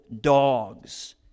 dogs